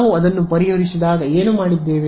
ನಾವು ಅದನ್ನು ಪರಿಹರಿಸಿದಾಗ ಏನು ಮಾಡಿದ್ದೇವೆ